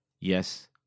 yes